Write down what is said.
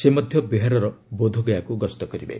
ସେ ମଧ୍ୟ ବିହାରର ବୋଧଗୟା ଗସ୍ତ କରିବେ